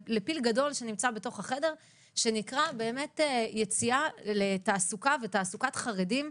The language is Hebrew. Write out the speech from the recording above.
פיל גדול שנמצא בתוך החדר שנקרא באמת יציאה לתעסוקה ותעסוקת חרדים,